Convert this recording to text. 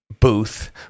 Booth